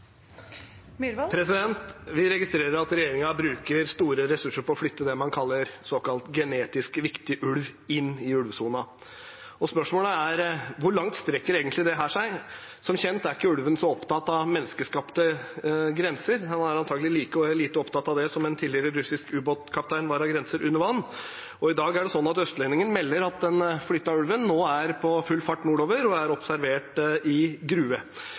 Vi registrerer at regjeringen bruker store ressurser på å flytte det man kaller «genetisk viktig ulv» inn i ulvesona. Spørsmålet er: Hvor langt strekker egentlig dette seg? Som kjent er ikke ulven så opptatt av menneskeskapte grenser. Den er antagelig like lite opptatt av det som en tidligere russisk ubåtkaptein var av grenser under vann. Og i dag melder Østlendingen at den flyttede ulven nå er på full fart nordover og er observert i Grue.